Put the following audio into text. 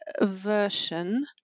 version